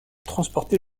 transporter